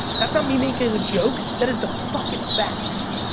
that's not me making a joke, that is the fucking facts.